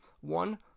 one